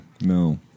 No